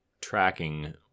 tracking